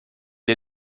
des